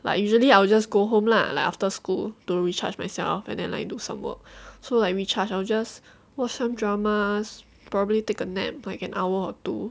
like usually I will just go home lah like after school to recharge myself and then like do some work so like recharge of just watch some dramas probably take a nap like an hour or two